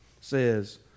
says